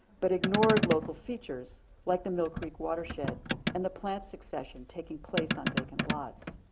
but ignored local features like the mill creek watershed and the plant succession taking place on vacant lots.